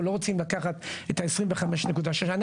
אנחנו לא רוצים לקחת את ה-25.6 מיליון.